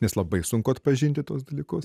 nes labai sunku atpažinti tuos dalykus